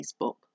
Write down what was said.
facebook